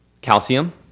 Calcium